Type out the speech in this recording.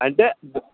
అంటే